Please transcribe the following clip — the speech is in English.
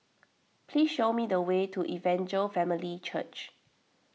please show me the way to Evangel Family Church